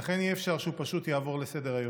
ולכן אי-אפשר פשוט לעבור לסדר-היום.